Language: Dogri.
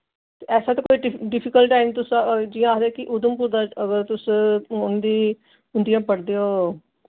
ऐसा ते कोई डिफिकल्ट टाइम तुस जि'यां आखदे कि उधमपुर दा अगर तुस उं'दी उं'दियां पढ़दे ओ